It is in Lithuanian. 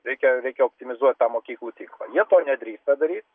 reikia reikia optimizuot tą mokyklų tinklą jie to nedrįsta daryt